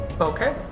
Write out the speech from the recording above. Okay